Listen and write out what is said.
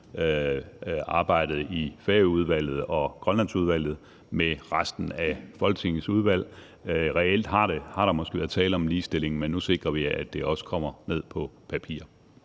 arbejdet i Færøudvalget og Grønlandsudvalget med de øvrige af Folketingets udvalg. Reelt har der måske været tale om en ligestilling, men nu sikrer vi, at det også kommer ned på papir.